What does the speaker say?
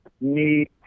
need